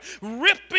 ripping